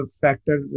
factor